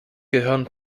gehirn